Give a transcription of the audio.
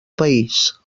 país